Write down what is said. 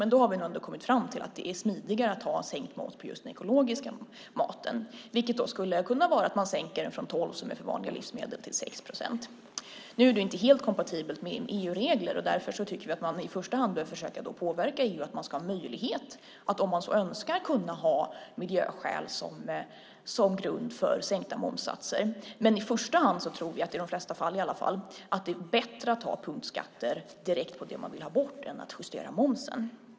Men vi har kommit fram till att det är smidigare att ha sänkt moms på just den ideologiska maten, vilket skulle kunna vara att man sänker momsen från 12 procent, som ju gäller för vanliga livsmedel, till 6 procent. Nu är det inte helt kompatibelt med EU-regler. Därför tycker vi att man i första hand bör försöka påverka EU om att man ska möjlighet att, om man så önskar, ha miljöskäl som grund för sänkta momssatser. Men i första hand tror vi att det, åtminstone i de allra flesta fall, är bättre att ha punktskatter direkt på det man vill ha bort än att justera momsen.